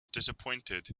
disappointed